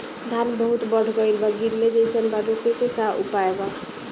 धान बहुत बढ़ गईल बा गिरले जईसन बा रोके क का उपाय बा?